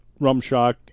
Rumshock